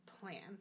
plan